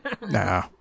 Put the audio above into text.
Nah